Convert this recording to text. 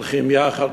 הולכים יחד,